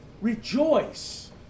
rejoice